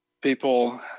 people